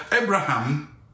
Abraham